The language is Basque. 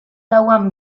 lauan